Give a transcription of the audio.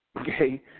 okay